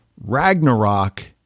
Ragnarok